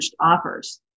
offers